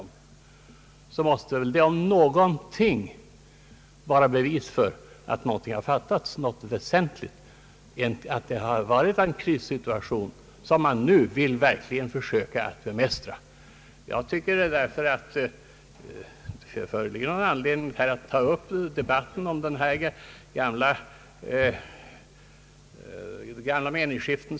Men just detta måste väl om något vara ett bevis på att något väsentligt tidigare har saknats, att vi inom sjukvården haft en krissituation, som man nu försöker bemästra. Jag tycker inte att det då finns någon anledning att ta upp en debatt om gamla meningsskiften.